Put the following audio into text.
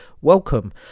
Welcome